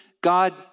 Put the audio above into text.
God